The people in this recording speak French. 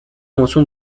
mention